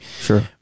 Sure